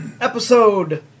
episode